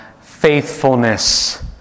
faithfulness